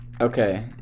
Okay